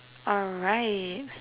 alright